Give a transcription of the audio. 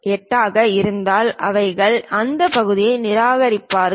78 ஆக இருந்தால் அவர்கள் அந்த பகுதியை நிராகரிப்பார்கள்